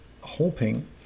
hoping